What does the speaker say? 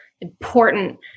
important